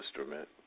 instrument